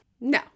no